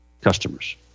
customers